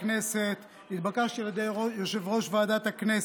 אין מתנגדים, אין נמנעים.